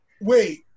wait